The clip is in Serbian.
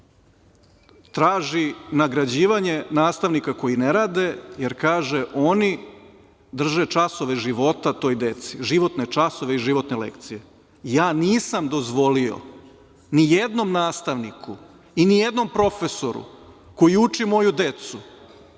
traži nagrađivanje nastavnika koji ne rade, jer, kaže, oni drže časove života toj deci, životne časove i životne lekcije. Ja nisam dozvolio ni jednom nastavniku i ni jednom profesoru koji uči moju decu